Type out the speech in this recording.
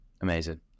Amazing